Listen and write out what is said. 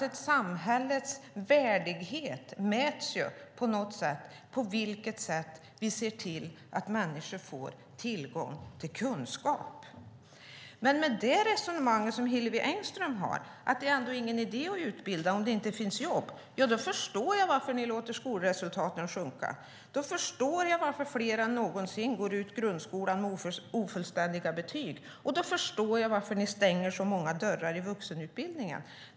Ett samhälles värdighet mäts på sätt och vis med på vilket sätt vi ser till att människor får tillgång till kunskap. Med det resonemang som Hillevi Engström har att det ändå inte är någon idé att utbilda om det inte finns jobb förstår jag varför ni låter skolresultaten sjunka. Då förstår jag varför fler än någonsin går ut grundskolan med ofullständiga betyg. Då förstår jag varför ni stänger så många dörrar i vuxenutbildningen.